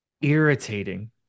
irritating